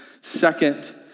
second